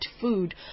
food